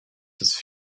his